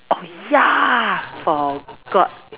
oh ya forgot